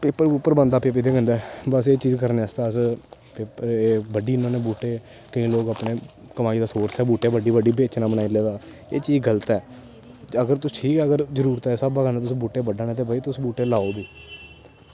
paper पूपर बनदा बैसे एह् चीज़ करने आस्तै अस एह् बड्डी ओड़ने होन्ने बूह्टे केईं लोक अपनी कमाई दा सोर्स ऐ बूह्टे बड्डी बड्डी बेचना बानई लेदा एह् चीज़ गल्त ऐ ते अगर तुस ठीक ऐ अगर जरूरत दे स्हाबै कन्नै तुस बूह्टे बड्डा ने तां भाई तुस बूह्टे लाओ बी